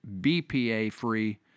BPA-free